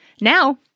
Now